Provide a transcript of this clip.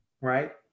right